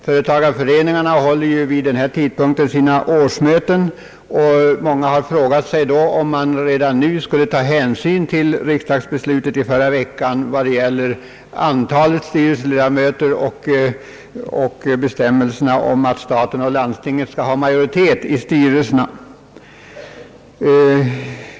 Företagareföreningarna håller ju vid denna tidpunkt sina årsmöten, och många har då frågat sig om man redan nu skall ta hänsyn till riksdagsbeslutet i förra veckan när det gäller antalet styrelseledamöter och bestämmelserna om att staten och landstinget skall ha majoritet i styrelserna.